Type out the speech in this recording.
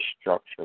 structure